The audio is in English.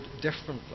differently